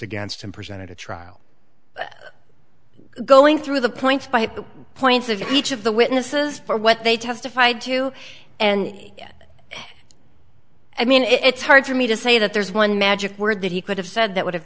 against him presented a trial going through the points by the points of each of the witnesses for what they testified to and i mean it's hard for me to say that there's one magic word that he could have said that would have